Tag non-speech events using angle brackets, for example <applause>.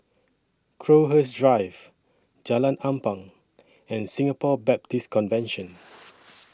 Crowhurst Drive Jalan Ampang and Singapore Baptist Convention <noise>